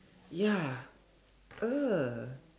ya !ee!